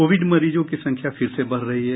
Covid मरीजों की संख्या फिर से बढ़ रही है